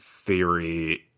Theory